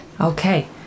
okay